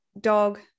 dog